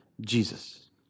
Jesus